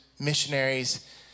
Missionaries